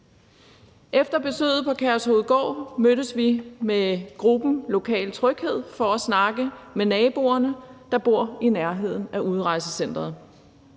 Efter besøget på Kærshovedgård mødtes vi med gruppen Lokaltryghed for at snakke med naboerne, der bor i nærheden af udrejsecenteret.